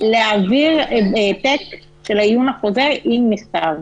להעביר העתק של העיון החוזר עם מכתב.